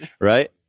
Right